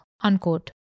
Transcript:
Unquote